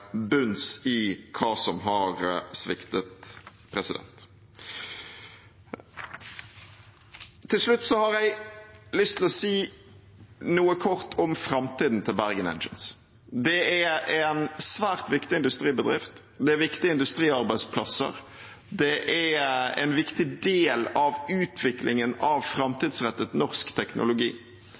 bunns i hva som har sviktet. Til slutt har jeg lyst til å si noe kort om framtiden til Bergen Engines. Det er en svært viktig industribedrift, det er viktige industriarbeidsplasser, det er en viktig del av utviklingen av framtidsrettet norsk teknologi.